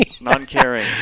non-caring